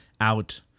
out